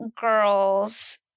girls